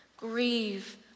Grieve